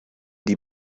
die